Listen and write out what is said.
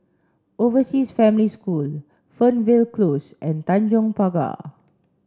Overseas Family School Fernvale Close and Tanjong Pagar